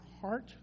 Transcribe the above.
heart